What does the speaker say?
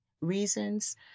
reasons